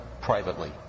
privately